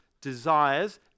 desires